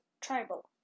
Tribal